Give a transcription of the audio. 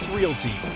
Realty